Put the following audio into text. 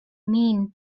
mean